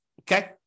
Okay